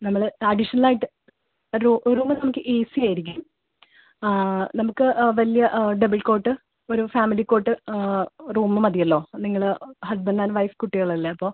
നമ്മൾ അഡീഷണലായിട്ട് ഒരു റൂം ഒരു റൂം നമുക്ക് എ സി ആയിരിക്കും നമുക്ക് വലിയ ഡബിൾ കോട്ട് ഒരു ഫാമിലി കോട്ട് റൂമ് മതിയല്ലോ നിങ്ങൾ ഹസ്ബൻഡ് ആൻഡ് വൈഫ് കുട്ടികളല്ലേ അപ്പോൾ